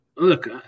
Look